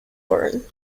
burn